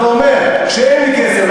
אתה אומר: כשאין כסף,